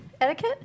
etiquette